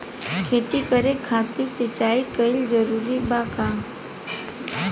खेती करे खातिर सिंचाई कइल जरूरी बा का?